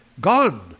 gone